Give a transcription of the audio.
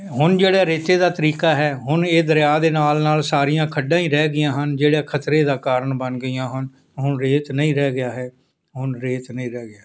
ਹੁਣ ਜਿਹੜੇ ਰੇਤੇ ਦਾ ਤਰੀਕਾ ਹੈ ਹੁਣ ਇਹ ਦਰਿਆ ਦੇ ਨਾਲ ਨਾਲ ਸਾਰੀਆਂ ਖੱਡਾਂ ਹੀ ਰਹਿ ਗਈਆਂ ਹਨ ਜਿਹੜੇ ਖਤਰੇ ਦਾ ਕਾਰਨ ਬਣ ਗਈਆਂ ਹਨ ਹੁਣ ਰੇਤ ਨਹੀਂ ਰਹਿ ਗਿਆ ਹੈ ਹੁਣ ਰੇਤ ਨਹੀਂ ਰਹਿ ਗਿਆ